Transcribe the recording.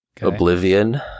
Oblivion